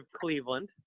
cleveland